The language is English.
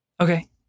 Okay